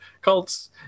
cults